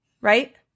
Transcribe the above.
right